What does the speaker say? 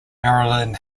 marilyn